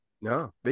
No